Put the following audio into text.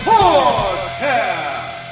Podcast